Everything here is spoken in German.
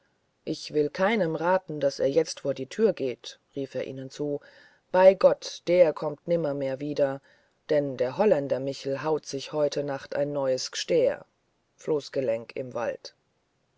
ich will keinem raten daß er jetzt von der tür geht rief er ihnen zu bei gott der kommt nimmermehr wieder denn der holländer michel haut sich heute nacht ein neues g'stair floßgelenke im wald